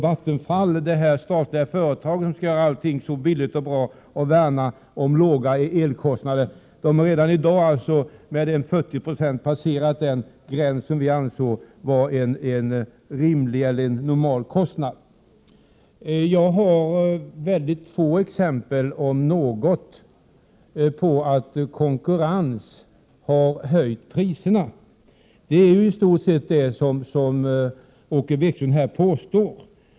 Vattenfall, det statliga företag som skall göra allting billigt och bra och som skall värna om låga elkostnader, har alltså redan i dag med mer än 40 Yo överskridit gränsen för vad vi ansåg vara en normal kostnad. Jag har sett få exempel, om ens något, på att konkurrens har höjt priserna. Det är ju i stort sett det som Åke Wictorsson här påstår.